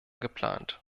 geplant